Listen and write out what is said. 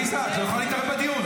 עליזה, את לא יכולה להתערב בדיון.